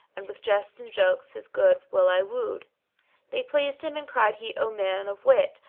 and with jests and jokes his good will i wooed they pleased him and cried he, o man of wit,